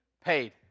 paid